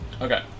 Okay